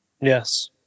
Yes